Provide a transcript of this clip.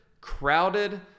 crowded